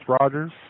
Rogers